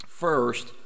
first